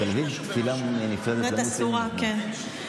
בתל אביב, תפילה נפרדת, אסורה, כן.